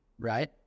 right